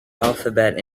alphabet